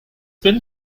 been